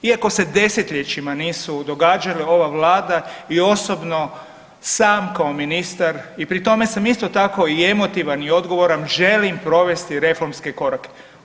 Iako se desetljećima nisu događale ova Vlada i osobno sam kao ministar i pri tome sam isto tako i emotivan i odgovoran, želim provesti reformske korake.